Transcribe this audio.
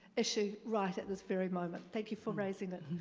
issue right at this very moment. thank you for raising that